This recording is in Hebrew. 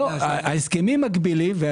ההסכמים מגבילים.